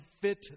fit